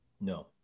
No